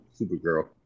Supergirl